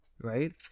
right